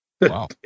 Wow